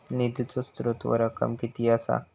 निधीचो स्त्रोत व रक्कम कीती असा?